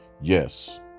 Yes